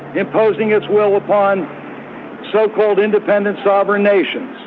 imposing its will upon so-called independent sovereign nations.